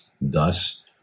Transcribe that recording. Thus